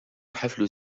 حفل